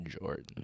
jordan